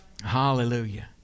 Hallelujah